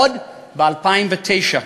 עוד ב-2009,